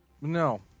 no